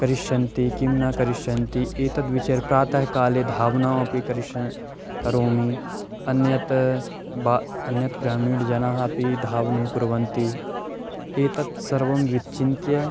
करिष्यन्ति किं न करिष्यन्ति एतद् विचारे प्रातःकाले धावनमपि करिष्यामि करोमि अन्यत् वा अन्यत् ग्रामीणजनाः अपि धावनं कुर्वन्ति एतत् सर्वं विचिन्त्य